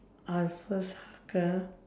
I'll first hug her